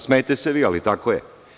Smejte se vi, ali tako je.